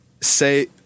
Say